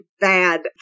bad